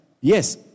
yes